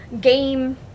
game